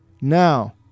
Now